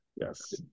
Yes